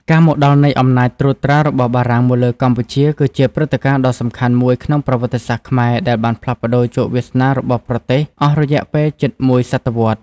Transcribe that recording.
ការមកដល់នៃអំណាចត្រួតត្រារបស់បារាំងមកលើកម្ពុជា គឺជាព្រឹត្តិការណ៍ដ៏សំខាន់មួយក្នុងប្រវត្តិសាស្ត្រខ្មែរ ដែលបានផ្លាស់ប្តូរជោគវាសនារបស់ប្រទេសអស់រយៈពេលជិតមួយសតវត្សរ៍។